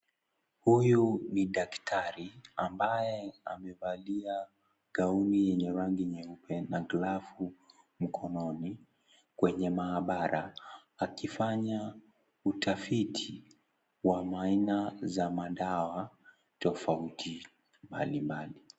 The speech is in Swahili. Huyu ni daktari ambaye amevalia gauni yenye rangi nyeupe na glavu mkononi kwenye maabara akifanya utafiti wa aina za madawa tofauti mbalimbali.